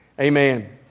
amen